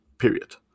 Period